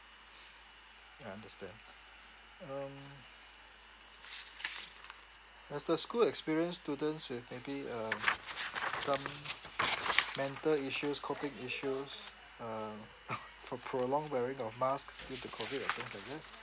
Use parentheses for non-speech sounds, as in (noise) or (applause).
ya understand um does the school experience students with maybe um some mental issues coping issues uh (laughs) for prolonged wearing of mask due to COVID or things like that